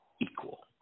equal